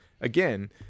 again